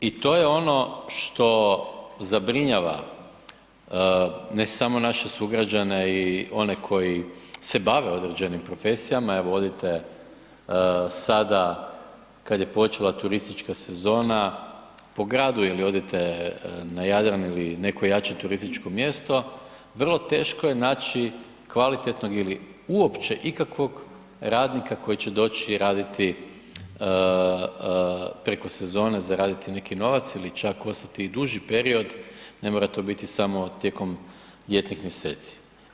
I to je ono što zabrinjava ne samo naše sugrađane i one koji se bave određenim profesijama, evo odite sada kad je počela turistička sezona po gradu ili odite na Jadran ili neko jače turističko mjesto, vrlo teško je naći kvalitetnog ili uopće ikakvog radnika koji će doći raditi preko sezone, zaraditi neki novac ili čak ostati i duži period, ne mora to biti samo tijekom ljetnih mjeseci.